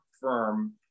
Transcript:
firm